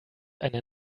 einen